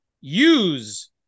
use